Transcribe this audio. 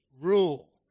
rule